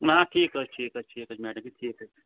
نا ٹھیٖک حظ ٹھیٖک حظ ٹھیٖک حظ میڈم جی ٹھیٖک حظ